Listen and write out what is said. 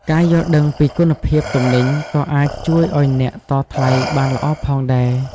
ការយល់ដឹងពីគុណភាពទំនិញក៏អាចជួយឱ្យអ្នកតថ្លៃបានល្អផងដែរ។